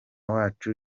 wacu